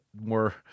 more